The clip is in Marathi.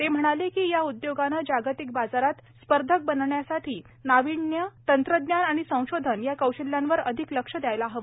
ते म्हणाले की या उद्योगाने जागतिक बाजारात प्रतिस्पर्धी बनण्यासाठी नावीन्य तंत्रज्ञान आणि संशोधन या कौशल्यांवर अधिक लक्ष द्यायला हवे